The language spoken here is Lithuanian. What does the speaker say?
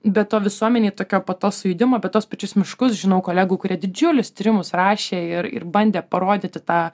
be to visuomenėj tokio po to sujudimo apie tuos pačius miškus žinau kolegų kurie didžiulius tyrimus rašė ir bandė parodyti tą